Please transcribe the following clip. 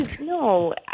no